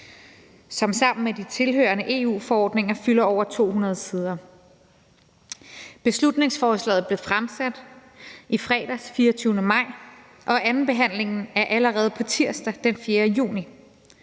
som sammen med de tilhørende EU-forordninger fylder over 200 sider. Beslutningsforslaget blev fremsat i fredags, den 24. maj, og andenbehandlingen er allerede på tirsdag, den 4. juni.